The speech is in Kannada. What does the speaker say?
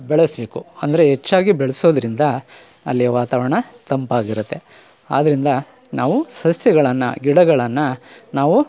ಬೆಳೆಸಬೇಕು ಅಂದರೆ ಹೆಚ್ಚಾಗಿ ಬೆಳೆಸೋದ್ರಿಂದ ಅಲ್ಲಿಯ ವಾತಾವರಣ ತಂಪಾಗಿರುತ್ತೆ ಆದ್ರಿಂದ ನಾವು ಸಸ್ಯಗಳನ್ನು ಗಿಡಗಳನ್ನು ನಾವು